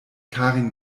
karin